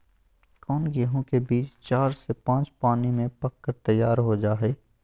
कौन गेंहू के बीज चार से पाँच पानी में पक कर तैयार हो जा हाय?